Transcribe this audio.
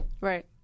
Right